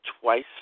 twice